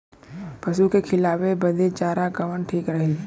पशु के खिलावे बदे चारा कवन ठीक रही?